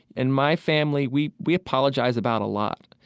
in my family we we apologize about a lot,